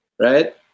Right